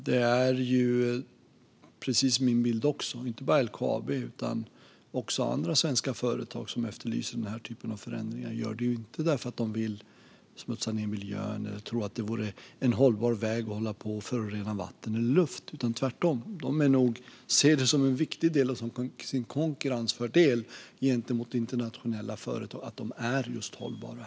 Det är precis min bild också att inte bara LKAB utan även andra svenska företag som efterlyser denna typ av förändringar inte gör det för att de vill smutsa ned miljön eller tror att det vore en hållbar väg att förorena vatten eller luft. Tvärtom ser de nog detta som en viktig del av sin konkurrensfördel gentemot internationella företag att de är just hållbara.